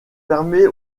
permet